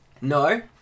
No